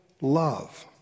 love